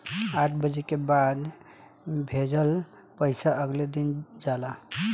आठ बजे के बाद भेजल पइसा अगले दिन जाला